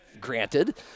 granted